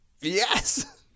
Yes